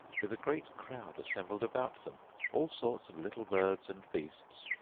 with a great crowd assembled about them all sorts of little birds and beasts,